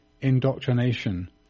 indoctrination